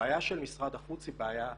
הבעיה של משרד החוץ היא בעיה תקציבית,